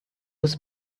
was